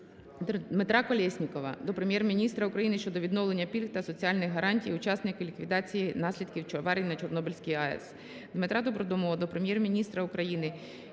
Дмитра Колєснікова до Прем'єр-міністра України щодо відновлення пільг та соціальних гарантій учасників ліквідації наслідків аварії на Чорнобильській АЕС. Дмитра Добродомова до Прем'єр-міністра України,